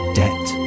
debt